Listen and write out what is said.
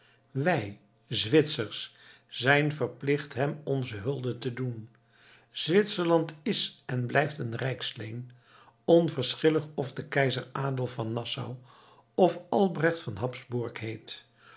wij zwitsers zijn verplicht hem onze hulde te doen zwitserland is en blijft een rijksleen onverschillig of de keizer adolf van nassau of albrecht van habsburg heet